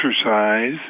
exercise